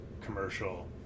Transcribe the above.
commercial